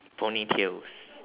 ponytails